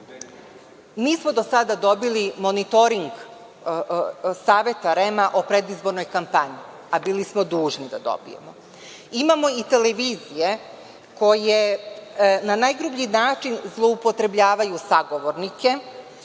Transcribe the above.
nismo do sada dobili monitoring Saveta REM-a o predizbornoj kampanji, a bili smo dužni da dobijemo. Imamo i televizije koje na najgrublji način zloupotrebljavaju sagovornike,